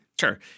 Sure